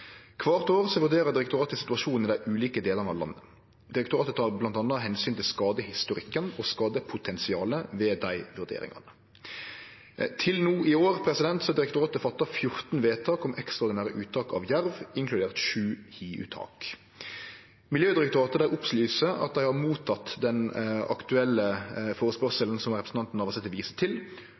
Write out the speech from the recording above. Kvart år vurderer direktoratet situasjonen i dei ulike delane av landet. Direktoratet tek bl.a. omsyn til skadehistorikken og skadepotensialet ved dei vurderingane. Til no i år har direktoratet fatta 14 vedtak om ekstraordinære uttak av jerv, inkludert 7 hiuttak. Miljødirektoratet opplyser at dei har motteke den aktuelle førespurnaden som representanten Navarsete viste til,